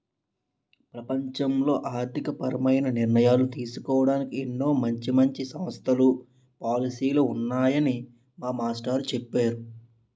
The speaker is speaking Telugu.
ప్రపంచంలో ఆర్థికపరమైన నిర్ణయాలు తీసుకోడానికి ఎన్నో మంచి మంచి సంస్థలు, పాలసీలు ఉన్నాయని మా మాస్టారు చెప్పేరు